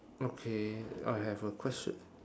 okay I have a question